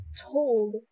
told